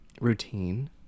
routine